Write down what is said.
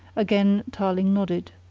again tarling nodded.